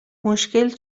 مشکل